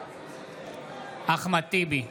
בעד אחמד טיבי,